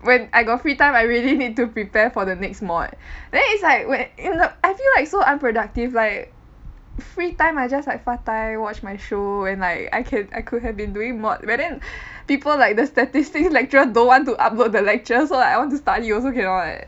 when I got free time I really need to prepare for the next mod then it's like I feel like so unproductive like free time I just like 发呆 watch my show and like I can I could have been doing more but then people like the statistics lecturer don't want to upload the lectures so I want to start you also cannot leh